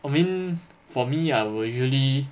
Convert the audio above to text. I mean for me I will usually